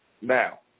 Now